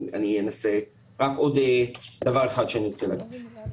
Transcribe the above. רק עוד דבר אחד שאני רוצה להגיד.